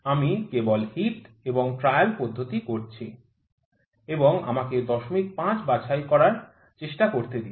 আমি কেবল হিট এবং ট্রায়াল পদ্ধতি করছি এবং আমাকে ০৫ বাছাই করার চেষ্টা করতে দিন